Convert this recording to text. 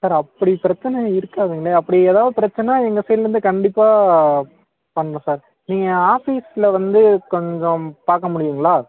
sir அப்படி பிரச்சின இருக்காதுங்களே அப்படி எதாவது பிரச்சினனா எங்கள் சைட்லேருந்து கண்டிப்பாக பண்ணலாம் சார் நீங்கள் ஆஃபீஸில்வந்து கொஞ்சோம் பார்க்க முடியுங்களா